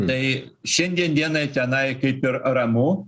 tai šiandien dienai tenai kaip ir ramu